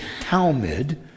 Talmud